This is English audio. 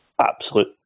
absolute